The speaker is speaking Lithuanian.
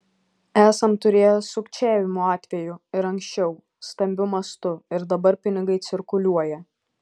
esam turėję sukčiavimo atvejų ir anksčiau stambiu mastu ir dabar pinigai cirkuliuoja